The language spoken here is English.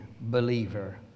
believer